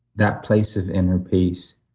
that place of inner peace.